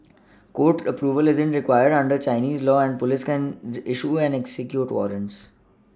court Approval isn't required under Chinese law and police can issue and execute warrants